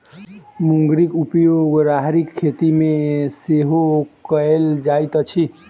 मुंगरीक उपयोग राहरिक खेती मे सेहो कयल जाइत अछि